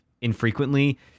infrequently